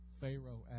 Pharaoh